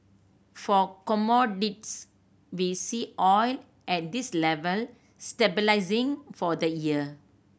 for commodities we see oil at this level stabilising for the year